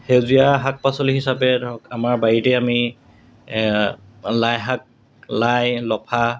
সেউজীয়া শাক পাচলি হিচাপে ধৰক আমাৰ বাৰীতে আমি লাইশাক লাই লফা